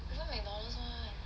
cannot McDonald's [one]